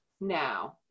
now